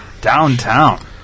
downtown